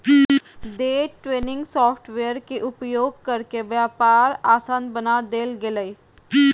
day trading software के उपयोग करके व्यापार आसान बना देल गेलय